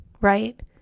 right